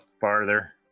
farther